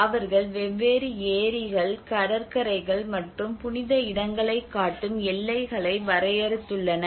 அவர்கள் வெவ்வேறு ஏரிகள் கடற்கரைகள் மற்றும் புனித இடங்களைக் காட்டும் எல்லைகளை வரையறுத்துள்ளனர்